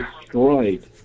destroyed